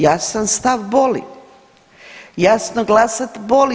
Jasan stav boli, jasno glasat boli.